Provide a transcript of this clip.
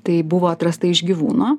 tai buvo atrasta iš gyvūno